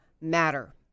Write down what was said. matter